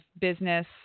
business